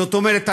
זאת אומרת,